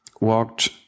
walked